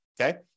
okay